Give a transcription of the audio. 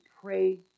pray